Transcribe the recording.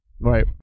Right